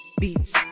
Beats